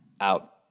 out